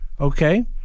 Okay